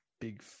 big